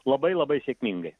labai labai sėkmingai